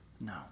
No